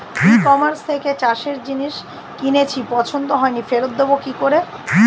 ই কমার্সের থেকে চাষের জিনিস কিনেছি পছন্দ হয়নি ফেরত দেব কী করে?